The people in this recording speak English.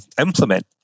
implement